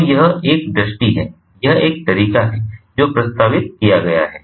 तो यह एक दृष्टि है यह एक तरीका है जो प्रस्तावित किया गया है